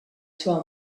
sua